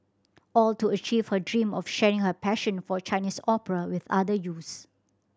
all to achieve her dream of sharing her passion for Chinese opera with other youths